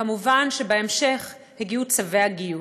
וכמובן שבהמשך הגיעו צווי הגיוס.